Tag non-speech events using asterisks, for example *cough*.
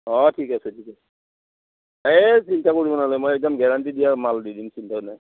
অঁ ঠিক আছে ঠিক আছে এই চিন্তা কৰিব নালাগে মই একদম গেৰাণ্টি দিয়া মাল দি দিম *unintelligible*